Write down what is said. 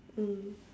mm